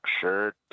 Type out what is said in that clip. shirt